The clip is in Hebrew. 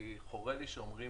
כי חורה לי שאומרים